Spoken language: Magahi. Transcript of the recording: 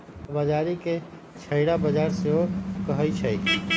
कला बजारी के छहिरा बजार सेहो कहइ छइ